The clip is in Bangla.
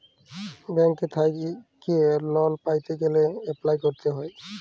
ব্যাংক থ্যাইকে লল পাইতে গ্যালে এপ্লায় ক্যরতে হ্যয়